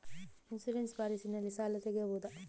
Insurance policy ನಲ್ಲಿ ಸಾಲ ತೆಗೆಯಬಹುದ?